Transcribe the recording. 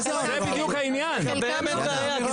מה זה האמירה הזאת?